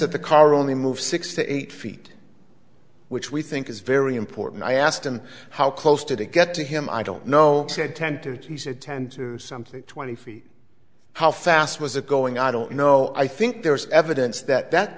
that the car only move six to eight feet which we think is very important i asked him how close did it get to him i don't know said ten to he said ten to something twenty feet how fast was it going i don't know i think there is evidence that that